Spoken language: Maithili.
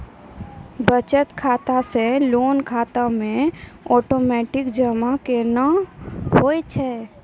बचत खाता से लोन खाता मे ओटोमेटिक जमा केना होय छै?